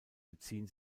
beziehen